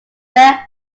male